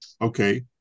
okay